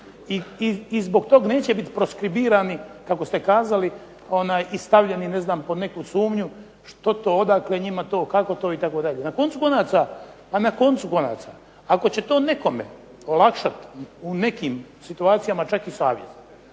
i zbog tog neće biti … /Govornik se ne razumije./… kako ste kazali i stavljeni pod neku sumnju što to, odakle njima to, kako to itd. Na koncu konaca ako će to nekome olakšati u nekim situacijama čak i savjest